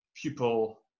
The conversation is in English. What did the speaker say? pupil